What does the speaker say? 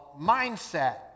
Mindset